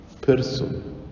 person